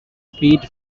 speed